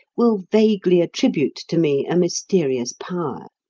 will vaguely attribute to me a mysterious power.